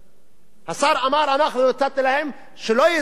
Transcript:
השר אמר: נתתי להם שלא יזמנו את אלה.